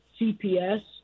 cps